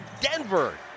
Denver